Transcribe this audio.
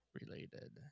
related